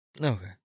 Okay